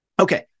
Okay